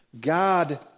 God